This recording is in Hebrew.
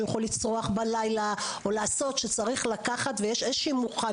שהוא יכול לצרוח בלילה או לעשות דברים שצריך לקחת בחשבון.